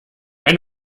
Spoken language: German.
wenn